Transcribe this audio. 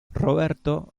roberto